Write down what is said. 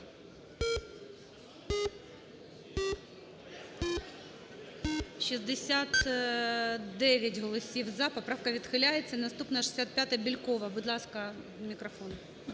69 голосів за, поправка відхиляється. Наступна 65, Бєлькова. Будь ласка, мікрофон.